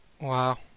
Wow